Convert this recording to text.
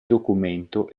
documento